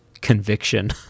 conviction